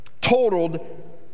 totaled